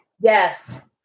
yes